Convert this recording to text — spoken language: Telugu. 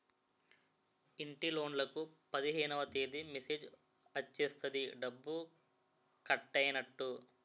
ఇంటిలోన్లకు పదిహేనవ తేదీ మెసేజ్ వచ్చేస్తది డబ్బు కట్టైనట్టు